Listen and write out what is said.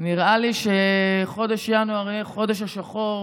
נראה לי שחודש ינואר יהיה החודש השחור